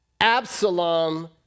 Absalom